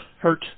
hurt